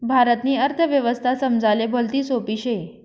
भारतनी अर्थव्यवस्था समजाले भलती सोपी शे